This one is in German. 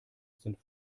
sind